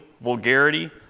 vulgarity